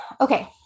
Okay